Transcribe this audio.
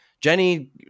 Jenny